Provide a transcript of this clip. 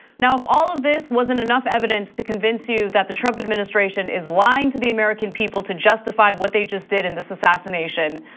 now if all of this wasn't enough evidence to convince you that the trump administration is lying to the american people to justify what they just did in this assassination,